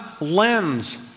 lens